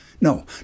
No